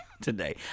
today